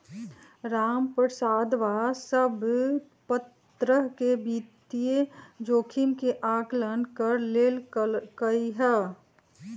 रामप्रसादवा सब प्तरह के वित्तीय जोखिम के आंकलन कर लेल कई है